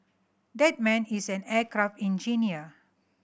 that man is an aircraft engineer